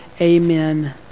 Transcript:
Amen